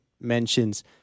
mentions